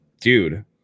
dude